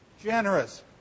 Generous